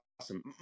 awesome